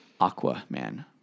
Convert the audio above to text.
Aquaman